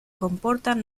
comportan